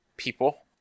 people